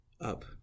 up